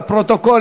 לפרוטוקול,